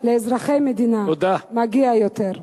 לאזרחי המדינה מגיע יותר.